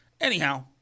anyhow